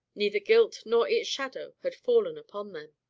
neither guilt nor its shadow had fallen upon them.